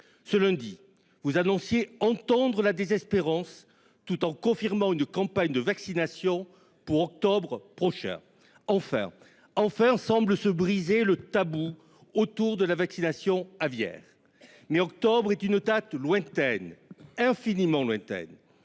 dernier, vous annonciez « entendre la désespérance », tout en confirmant une campagne de vaccination pour octobre prochain. Enfin ! Enfin semble se briser le tabou relatif à la vaccination aviaire. Mais octobre est un horizon lointain, extrêmement lointain,